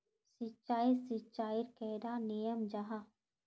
सिंचाई सिंचाईर कैडा नियम जाहा?